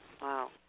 Wow